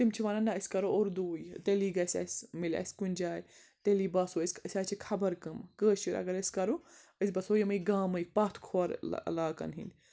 تِم چھِ وَنان نہ أسۍ کَرو اردوٗے تیٚلی گژھِ اَسہِ مِلہِ اَسہِ کُنہِ جایہِ تیٚلی باسو أسۍ أسۍ حظ چھِ خَبر کٕمۍ کٲشِر اَگَر أسۍ کَرو أسۍ باسو یِمَے گامٕے پَتھ کھۄر علاقَن ہٕنٛدۍ